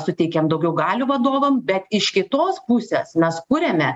suteikiam daugiau galių vadovam bet iš kitos pusės mes kuriame